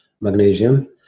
magnesium